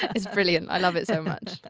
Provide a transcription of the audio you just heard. it's brilliant. i love it so much.